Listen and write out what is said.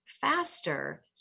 faster